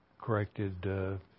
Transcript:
corrected